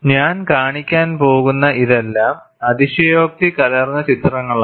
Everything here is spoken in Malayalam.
ഞാൻ കാണിക്കാൻ പോകുന്ന ഇതെല്ലാം അതിശയോക്തി കലർന്ന ചിത്രങ്ങളാണ്